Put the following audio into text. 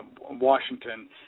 Washington